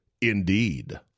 Indeed